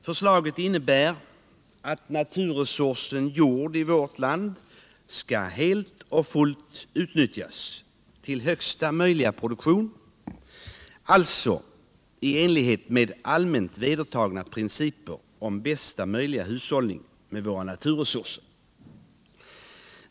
Förslaget innebär att naturresursen jord i vårt land skall helt och fullt utnyttjas till högsta möjliga produktion, alltså i enlighet med allmänt vedertagna principer om bästa möjliga hushållning med våra naturresurser.